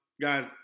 Guys